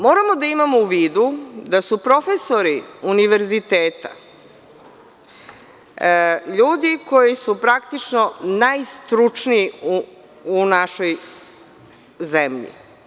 Moramo da imamo u vidu da su profesori univerziteta ljudi koji su praktično najstručniji u našoj zemlji.